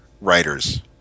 writers